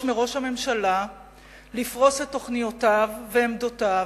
מראש הממשלה לפרוס את תוכניותיו ועמדותיו,